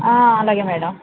అలాగే మేడం